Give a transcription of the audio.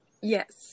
Yes